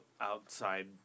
outside